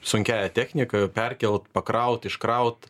sunkiąja technika perkelt pakraut iškraut